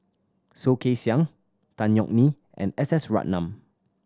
Soh Kay Siang Tan Yeok Nee and S S Ratnam